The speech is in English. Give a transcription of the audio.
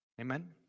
Amen